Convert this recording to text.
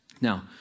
Now